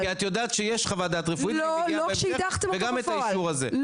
עכשיו את מעוותת כי את יודעת שיש חוות דעת רפואית וגם את האישור הזה.,